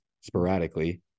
sporadically